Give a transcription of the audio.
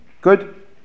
Good